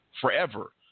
forever